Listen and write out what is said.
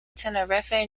tenerife